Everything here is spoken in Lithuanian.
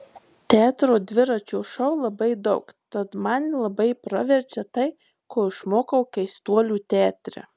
teatro dviračio šou labai daug tad man labai praverčia tai ko išmokau keistuolių teatre